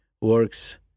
works